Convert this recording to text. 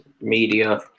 media